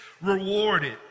rewarded